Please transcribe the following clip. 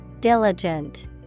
Diligent